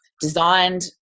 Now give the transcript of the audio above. designed